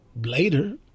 later